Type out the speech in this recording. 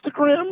Instagram